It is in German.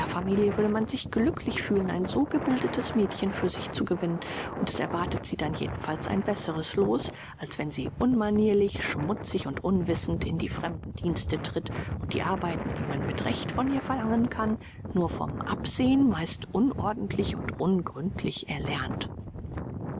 familie würde man sich glücklich fühlen ein so gebildetes mädchen für sich zu gewinnen und es erwartet sie dann jedenfalls ein besseres loos als wenn sie unmanierlich schmutzig und unwissend in die fremden dienste tritt und die arbeiten die man mit recht von ihr verlangen kann nur vom absehen meist unordentlich und ungründlich erlernt